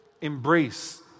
embrace